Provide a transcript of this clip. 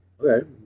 Okay